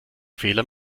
fehler